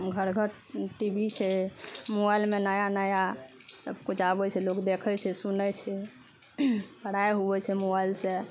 घर घर T V छै मोबाइलमे नया नया सबकिछु आबै छै लोक देखै छै सुनै छै पढ़ाइ हुवै छै मोबाइल से